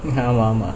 ஆமா ஆமா:aama aama